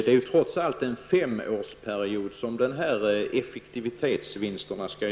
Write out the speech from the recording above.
Effektivitetsvinsterna skall trots allt göras över en femårsperiod.